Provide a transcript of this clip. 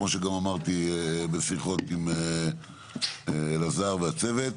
כמו שגם אמרתי בשיחות עם אלעזר והצוות.